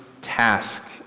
task